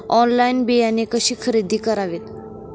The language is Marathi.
ऑनलाइन बियाणे कशी खरेदी करावीत?